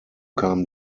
kamen